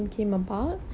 no